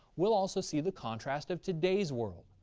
we'll also see the contrast of today's world.